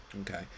Okay